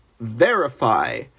verify